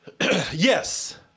yes